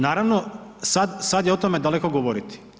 Naravno, sad je o tome daleko govoriti.